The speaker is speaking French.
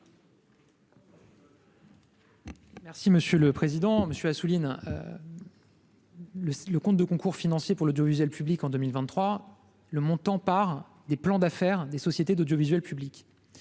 Merci monsieur le président, monsieur Assouline le le compte de concours financiers pour l'audiovisuel public en 2023 le montant par des plans d'affaires des sociétés d'audiovisuel public